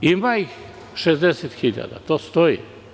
Ima ih 60.000 to stoji.